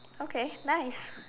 okay nice